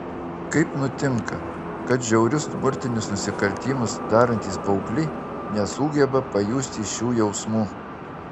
kaip nutinka kad žiaurius smurtinius nusikaltimus darantys paaugliai nesugeba pajusti šių jausmų